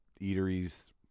eateries